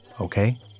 Okay